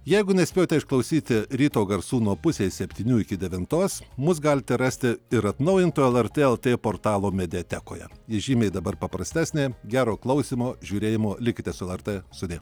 jeigu nespėjote išklausyti ryto garsų nuo pusės septynių iki devintos mus galite rasti ir atnaujinto lrt lt portalo mediatekoje ji žymiai dabar paprastesnė gero klausymo žiūrėjimo likite su lrt sudie